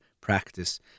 practice